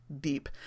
deep